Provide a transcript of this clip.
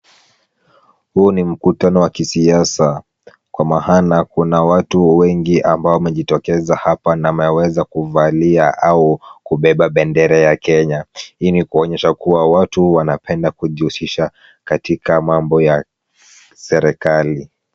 Huu ni mkutano wa kisiasa kwa maana, kuna watu wengi ambao wamejitokeza hapa na wameweza kuvalia au kubeba bendera ya Kenya. Hii ni kuonyesha kuwa watu wanapenda kujihusisha katika mambo ya serikali.